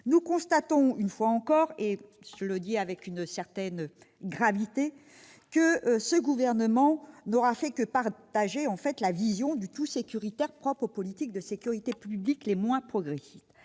nous constatons, une fois encore, et je le dis avec une certaine gravité, que ce gouvernement n'aura fait que partager la vision du tout-sécuritaire propre aux politiques de sécurité publique les moins progressistes.